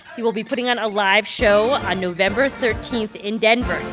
he will be putting on a live show on november thirteen in denver.